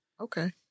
okay